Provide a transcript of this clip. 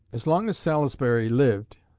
as long as salisbury lived,